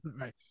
Right